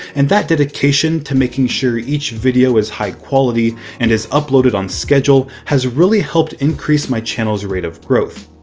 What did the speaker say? and that dedication to making sure each video is high quality and is uploaded on schedule has really helped increase my channel's rate of growth.